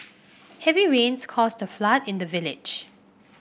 heavy rains caused a flood in the village